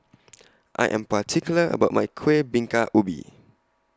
I Am particular about My Kueh Bingka Ubi